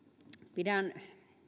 pidän